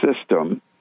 system